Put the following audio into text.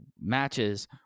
matches